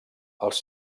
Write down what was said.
els